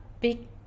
big